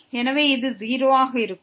எனவே இது 0 ஆக இருக்கும்